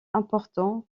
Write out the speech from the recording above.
important